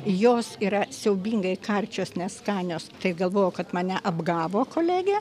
jos yra siaubingai karčios neskanios tai galvojau kad mane apgavo kolegė